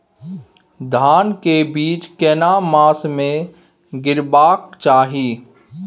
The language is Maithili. धान के बीज केना मास में गीराबक चाही?